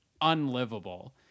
unlivable